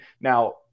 Now